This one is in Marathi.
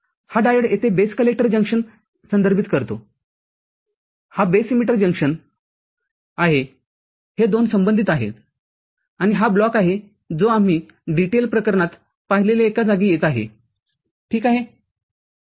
हा डायोड येथे बेस कलेक्टर जंक्शनसंदर्भित करतो हा बेस इमीटर जंक्शन आहेहे दोन संबंधित आहेत आणि हा ब्लॉक आहे जो आम्ही DTL प्रकरणात पाहिलेल्या एका जागी येत आहे ठीक आहे